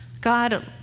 God